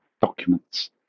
documents